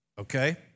okay